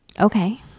Okay